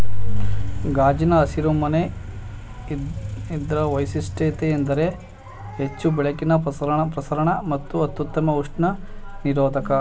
ಗಾಜಿನ ಹಸಿರು ಮನೆ ಇದ್ರ ವೈಶಿಷ್ಟ್ಯತೆಯೆಂದರೆ ಹೆಚ್ಚು ಬೆಳಕಿನ ಪ್ರಸರಣ ಮತ್ತು ಅತ್ಯುತ್ತಮ ಉಷ್ಣ ನಿರೋಧಕ